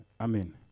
Amen